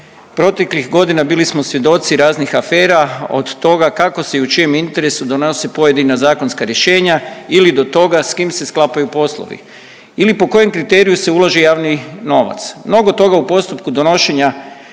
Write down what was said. Proteklih godina bili smo svjedoci raznih afera od toga kako se i u čijem interesu donosi pojedina zakonska rješenja ili do toga s kim se sklapaju poslovi ili po kojem kriteriju se ulaže javni novac. Mnogo toga u postupku donošenja